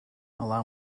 allow